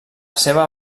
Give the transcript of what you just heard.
seva